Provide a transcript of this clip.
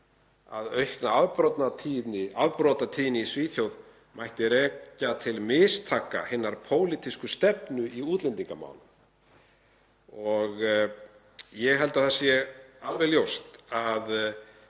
að aukna afbrotatíðni í Svíþjóð mætti rekja til mistaka hinnar pólitísku stefnu í útlendingamálum. Ég held að það sé alveg ljóst að